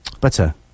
butter